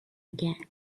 again